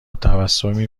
تبسمی